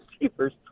receivers